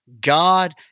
God